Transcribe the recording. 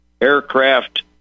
aircraft